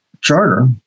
charter